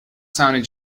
sounded